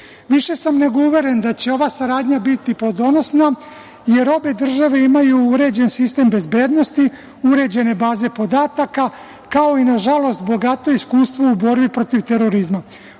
sveta. Više sam nego uveren da će ova saradnja biti plodonosna jer obe države imaju uređen sistem bezbednosti, uređene baze podataka, kao i nažalost bogato iskustvo u borbi protiv terorizma.